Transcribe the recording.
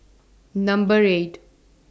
Number eight